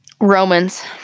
Romans